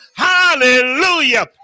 Hallelujah